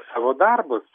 savo darbus